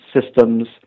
systems